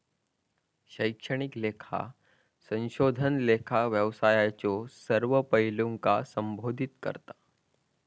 शैक्षणिक लेखा संशोधन लेखा व्यवसायाच्यो सर्व पैलूंका संबोधित करता